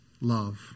love